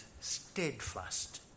steadfast